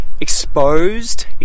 exposed